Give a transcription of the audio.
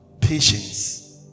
Patience